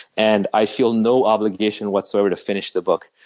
and i feel no obligation whatsoever to finish the book.